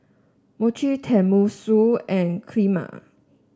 Mochi Tenmusu and Kheema